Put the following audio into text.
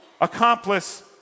accomplice